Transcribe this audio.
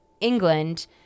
England